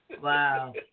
Wow